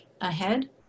ahead